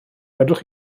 fedrwch